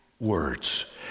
Words